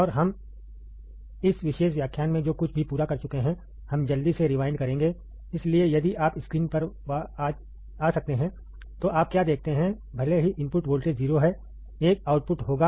और हम इस विशेष व्याख्यान में जो कुछ भी पूरा कर चुके हैं हम जल्दी से रिवाइंड करेंगे इसलिए यदि आप स्क्रीन पर आ सकते हैं तो आप क्या देखते हैं भले ही इनपुट वोल्टेज 0 है एक आउटपुट होगा